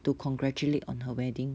to congratulate on her wedding